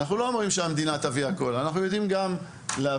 אנחנו לא אומרים שהמדינה תביא הכל; אנחנו יודעים גם לתת,